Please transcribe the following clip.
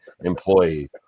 employee